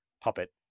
puppet